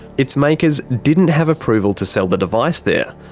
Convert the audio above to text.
its makers didn't have approval to sell the device there.